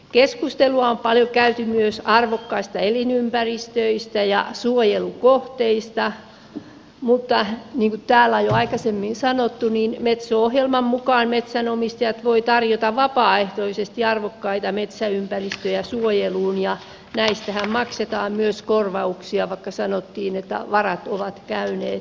keskustelua on paljon käyty myös arvokkaista elinympäristöistä ja suojelukohteista mutta niin kuin täällä on jo aikaisemmin sanottu metso ohjelman mukaan metsänomistajat voivat tarjota vapaaehtoisesti arvokkaita metsäympäristöjä suojeluun ja näistähän maksetaan myös korvauksia vaikka sanottiin että varat ovat käyneet vähiin